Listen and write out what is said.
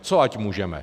Co ať můžeme?